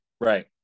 Right